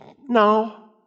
No